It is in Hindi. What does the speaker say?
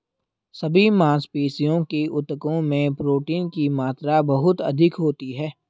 सभी मांसपेशियों के ऊतकों में प्रोटीन की मात्रा बहुत अधिक होती है